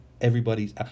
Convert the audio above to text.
everybody's